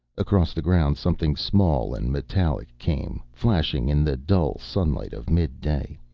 across the ground something small and metallic came, flashing in the dull sunlight of mid-day.